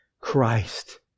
Christ